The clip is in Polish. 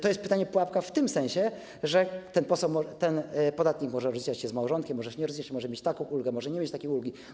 To jest pytanie pułapka w tym sensie, że ten podatnik może rozliczać się z małżonkiem, może się nie rozliczać, może mieć taką ulgę, może nie mieć takiej ulgi.